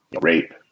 rape